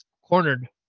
cornered